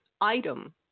item